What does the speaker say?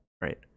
right